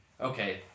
okay